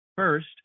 First